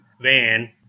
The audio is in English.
van